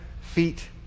feet